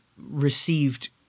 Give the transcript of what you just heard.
received